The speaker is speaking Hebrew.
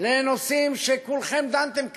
לנושאים שכולכם דנתם בהם,